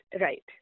right